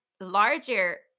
larger